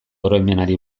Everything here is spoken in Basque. oroimenari